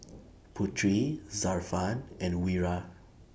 Putri Zafran and Wira